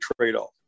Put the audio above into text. trade-off